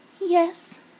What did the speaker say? Yes